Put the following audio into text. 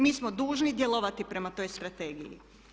Mi smo dužni djelovati prema toj strategiji.